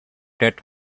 that